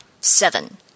seven